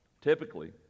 Typically